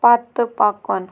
پتہٕ پکُن